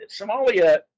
Somalia